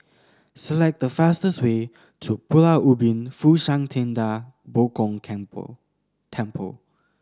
select the fastest way to Pulau Ubin Fo Shan Ting Da Bo Gong Temple Temple